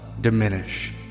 diminish